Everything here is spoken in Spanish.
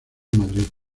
madrid